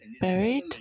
buried